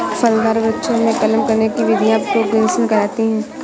फलदार वृक्षों में कलम करने की विधियां प्रोपेगेशन कहलाती हैं